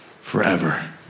forever